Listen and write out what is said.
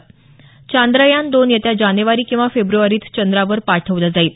चांद्रयान दोन येत्या जानेवारी किंवा फेब्रवारीत चंद्रावर पाठवलं जाईल